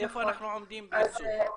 איפה אנחנו עומדים ביישום?